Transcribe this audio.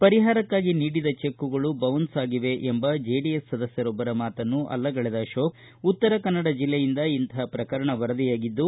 ಪರಿಹಾರಕ್ಕಾಗಿ ನೀಡಿದ ಚೆಕ್ಕುಗಳು ಬೌನ್ಸ್ ಆಗಿವೆ ಎಂಬ ಚೆಡಿಎಸ್ ಸದಸ್ಯರೊಬ್ಬರ ಮಾತನ್ನು ಅಲ್ಲಗಳೆದ ಅಶೋಕ್ ಉತ್ತರ ಕನ್ನಡ ಜೆಲ್ಲೆಯಿಂದ ಇಂತಪ ಪ್ರಕರಣ ವರದಿಯಾಗಿದ್ದು